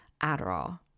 Adderall